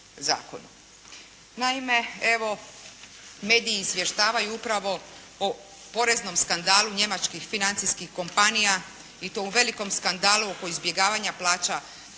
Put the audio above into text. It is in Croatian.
Naime, evo, mediji izvještavaju upravo o poreznom skandalu njemačkih financijskih kompanija, i to o velikom skandalu oko izbjegavanja plaćanja